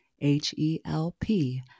H-E-L-P